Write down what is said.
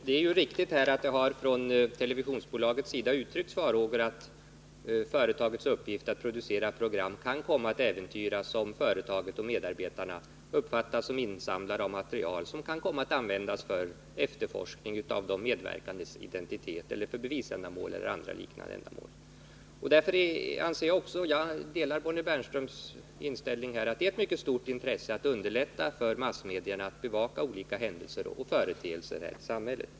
Det är riktigt att det från TV-bolagets sida har uttryckts farhågor för att företagets uppgift att producera program kan komma att äventyras om företaget och medarbetarna uppfattas som insamlare av material, som kan komma att användas för efterforskningar av de medverkandes identitet eller för bevisändamål eller andra liknande ändamål. Jag delar Bonnie Bernströms inställning att det är av mycket stort intresse att underlätta för 1 massmedierna att bevaka olika händelser och företeelser här i samhället.